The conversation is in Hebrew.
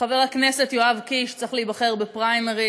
חבר הכנסת יואב קיש צריך להיבחר בפריימריז,